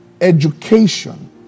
Education